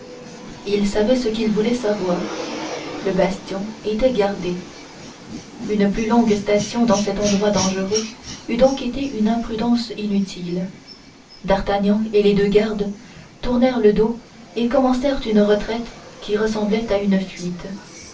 ils savaient ce qu'ils voulaient savoir le bastion était gardé une plus longue station dans cet endroit dangereux eût donc été une imprudence inutile d'artagnan et les deux gardes tournèrent le dos et commencèrent une retraite qui ressemblait à une fuite